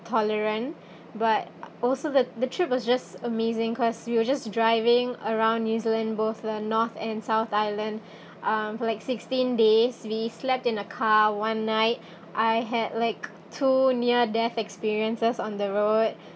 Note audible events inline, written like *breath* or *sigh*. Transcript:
tolerant *breath* but also the the trip was just amazing cause we were just driving around new zealand both the north and south island um for like sixteen days we slept in a car one night I had like two near-death experiences on the road *breath*